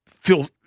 feel